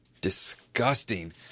disgusting